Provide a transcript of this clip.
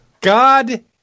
God